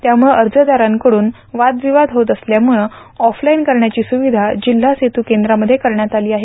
त्यामुळं अर्जदारांकडून वादविवाद होत असल्यामुळं ऑफलाईन करण्याची सुविधा जिल्हा सेतुकेंद्रामध्ये करण्यात आली आहे